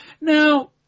Now